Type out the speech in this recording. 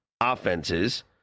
offenses